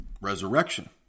resurrection